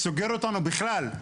סוגר אותנו בכלל.